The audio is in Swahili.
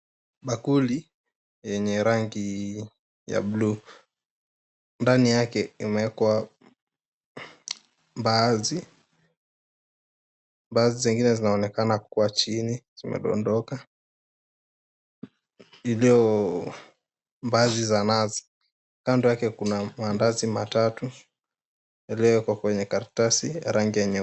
Bakuli yenye rangi ya bluu, ndani yake imeekwa mbaazi. Mbaazi zingine zinaonekana kuwa chini, zimedondoka, ilio mbaazi za nazi. Kando yake kuna mandazi matatu yaliyowekwa kwenye karatasi ya rangi ya nyeupe.